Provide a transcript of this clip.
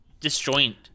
disjoint